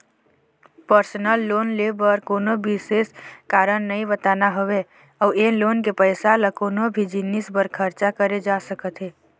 personal loan ले बर कोनो बिसेस कारन नइ बताना होवय अउ ए लोन के पइसा ल कोनो भी जिनिस बर खरचा करे जा सकत हे